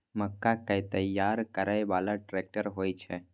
मक्का कै तैयार करै बाला ट्रेक्टर होय छै?